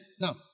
Now